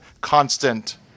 constant